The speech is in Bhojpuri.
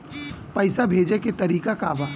पैसा भेजे के तरीका का बा?